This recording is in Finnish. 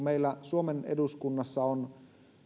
meillä suomen eduskunnassa on